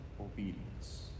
obedience